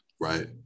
right